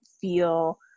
feel